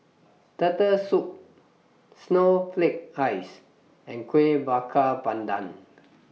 Turtle Soup Snowflake Ice and Kueh Bakar Pandan